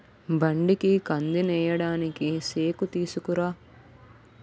బండికి కందినేయడానికి సేకుతీసుకురా